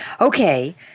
Okay